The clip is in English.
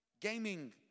Gaming